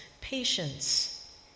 patience